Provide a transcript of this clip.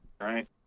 right